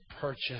purchase